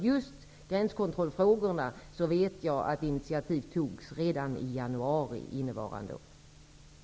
Jag vet att initiativ togs redan i januari innevarande år när det gäller gränskontrollfrågorna.